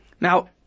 Now